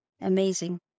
amazing